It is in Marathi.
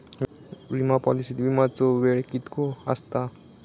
विमा पॉलिसीत विमाचो वेळ कीतको आसता?